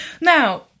Now